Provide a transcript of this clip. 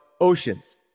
oceans